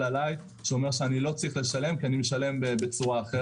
עליי שאומר שאיני צריך לשלם כי אני משלם בצורה אחרת.